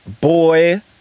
boy